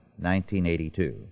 1982